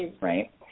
right